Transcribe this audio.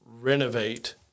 renovate